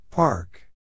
Park